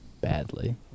badly